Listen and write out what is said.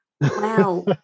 Wow